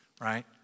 Right